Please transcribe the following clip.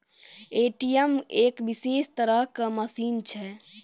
ATM एक विशेष तरहो के मशीन छै